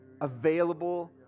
available